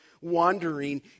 wandering